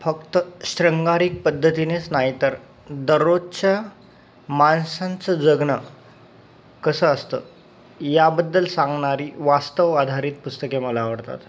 फक्त श्रृंगारिक पद्धतीनेच नाही तर दररोजच्या माणसांचं जगणं कसं असतं याबद्दल सांगणारी वास्तव आधारित पुस्तके मला आवडतात